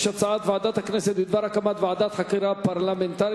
יש הצעת ועדת הכנסת בדבר הקמת ועדת חקירה פרלמנטרית